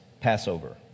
Passover